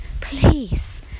please